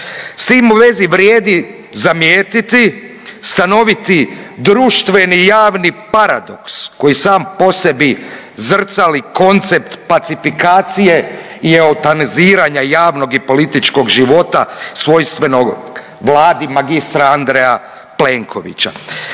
S tim u vezi vrijedi zamijetiti stanoviti društveni javni paradoks koji sam po sebi zrcali koncept pacifikacije i eutanaziranja javnog i političkog života svojstvenog vladi mag. Andreja Plenkovića.